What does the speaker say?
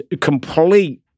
complete